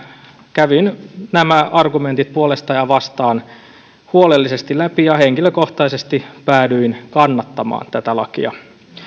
kävin nämä argumentit puolesta ja vastaan huolellisesti läpi ja henkilökohtaisesti päädyin kannattamaan tätä lakia